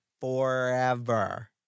forever